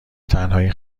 تنهایی